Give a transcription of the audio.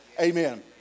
Amen